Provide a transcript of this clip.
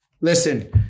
listen